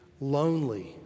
lonely